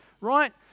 right